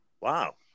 Wow